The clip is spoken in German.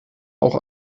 auch